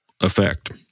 effect